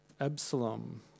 Absalom